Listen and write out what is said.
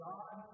God